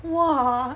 !wah!